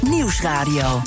Nieuwsradio